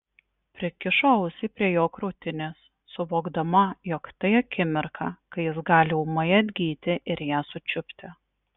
prikišo ausį prie jo krūtinės suvokdama jog tai akimirka kai jis gali ūmai atgyti ir ją sučiupti